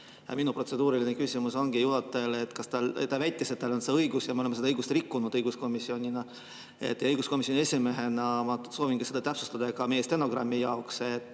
Minu protseduuriline küsimus ongi juhatajale. Ta väitis, et tal on see õigus ja me oleme seda õigust õiguskomisjonis rikkunud. Õiguskomisjoni esimehena ma soovin seda täpsustada ka meie stenogrammi jaoks: